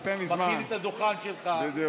מכין את הדוכן שלך,